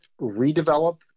redevelop